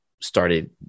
started